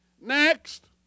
Next